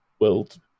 world